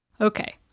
Okay